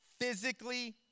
physically